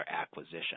acquisition